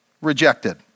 rejected